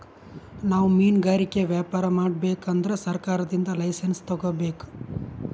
ನಾವ್ ಮಿನ್ಗಾರಿಕೆ ವ್ಯಾಪಾರ್ ಮಾಡ್ಬೇಕ್ ಅಂದ್ರ ಸರ್ಕಾರದಿಂದ್ ಲೈಸನ್ಸ್ ತಗೋಬೇಕ್